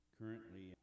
currently